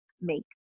make